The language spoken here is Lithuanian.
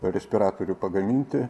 respiratorių pagaminti